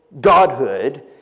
godhood